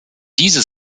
diese